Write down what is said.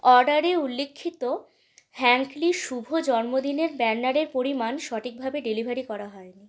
অর্ডারে উল্লিখিত হ্যঙ্কলি শুভ জন্মদিনের ব্যানারের পরিমাণ সঠিকভাবে ডেলিভারি করা হয় নি